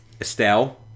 Estelle